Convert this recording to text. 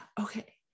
Okay